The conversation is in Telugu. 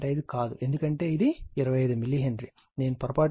5 కాదు ఎందుకంటే ఇది 25 మిల్లీ హెన్రీ నేను పొరపాటుగా ఈ విలువ 2